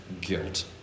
guilt